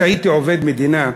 שהייתי עובד מדינה,